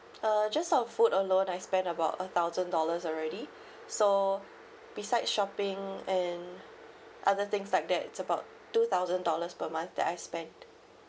uh just on food alone I spend about a thousand dollars already so beside shopping and other things like that it's about two thousand dollars per month that I spend